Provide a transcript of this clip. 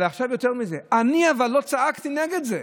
אבל עכשיו, יותר מזה: אני לא צעקתי נגד זה.